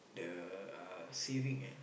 the uh saving eh